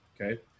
okay